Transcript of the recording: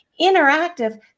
interactive